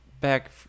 back